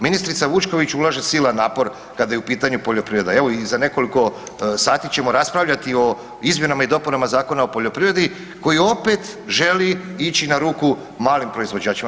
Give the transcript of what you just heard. Ministrica Vučković ulaže silan napor kada je u pitanju poljoprivreda, evo i za nekoliko sati ćemo raspravljati o izmjenama i dopunama Zakona o poljoprivredi koji opet želi ići na ruku malim proizvođačima.